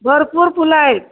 भरपूर फुलं आहे